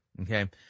okay